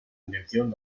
intención